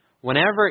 Whenever